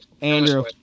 Andrew